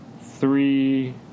three